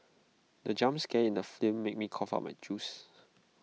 the jump scare in the film made me cough out my juice